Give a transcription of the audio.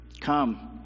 come